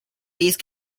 these